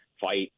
fight